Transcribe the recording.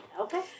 Okay